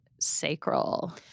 sacral